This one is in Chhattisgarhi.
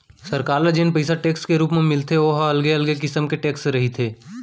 सरकार ल जेन पइसा टेक्स के रुप म मिलथे ओ ह अलगे अलगे किसम के टेक्स के रहिथे